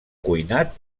cuinat